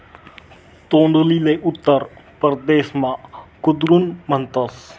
तोंडलीले उत्तर परदेसमा कुद्रुन म्हणतस